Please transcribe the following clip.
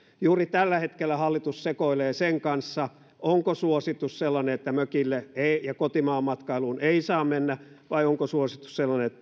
juuri tällä hetkellä hallitus sekoilee sen kanssa onko suositus sellainen että mökille ja kotimaanmatkailuun ei saa mennä vai onko suositus sellainen